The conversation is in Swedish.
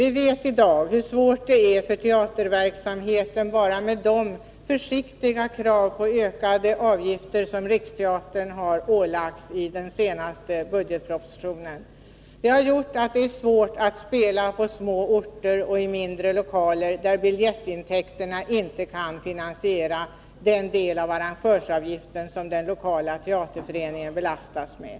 Vi vet hur svårt det är i dag för teaterverksamheten, bara med de försiktiga krav på ökade avgifter som Riksteatern har ålagts i den senaste budgetpropositionen. Det har gjort att det är svårt att spela på små orter och i mindre lokaler, där biljettintäkterna inte kan finansiera den del av arrangörsavgiften som den lokala teaterföreningen belastas med.